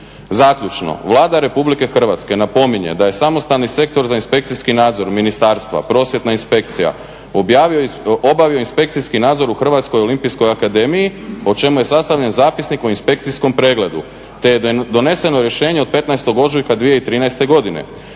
"Zaključno, Vlada Republike Hrvatske napominje da je samostalni sektor za inspekcijski nadzor ministarstva prosvjetna inspekcija obavio inspekcijski nadzor u Hrvatskoj olimpijskoj akademiji o čemu je sastavljen zapisnik o inspekcijskom pregledu, te da je doneseno rješenje od 15. ožujka 2013. godine.